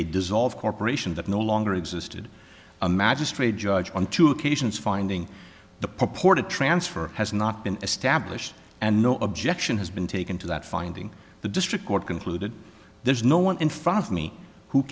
a dissolve corporation that no longer existed a magistrate judge on two occasions finding the purported transfer has not been established and no objection has been taken to that finding the district court concluded there is no one in front of me who